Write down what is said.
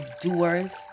doers